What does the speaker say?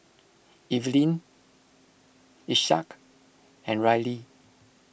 Eveline Isaak and Rylie